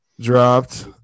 dropped